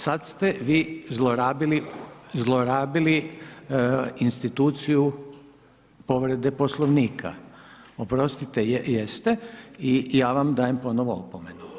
Sada ste vi zlorabili, zlorabili instituciju povrede Poslovnika, …... [[Upadica se ne čuje.]] oprostite jeste i ja vam dajem ponovno opomenu.